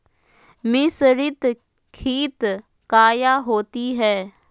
मिसरीत खित काया होती है?